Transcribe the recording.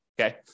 Okay